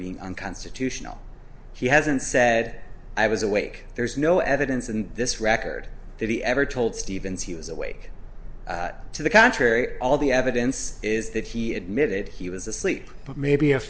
being unconstitutional he hasn't said i was awake there's no evidence in this record that he ever told stevens he was awake to the contrary all the evidence is that he admitted he was asleep but maybe